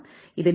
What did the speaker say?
இது 4